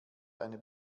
eine